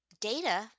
data